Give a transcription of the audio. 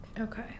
Okay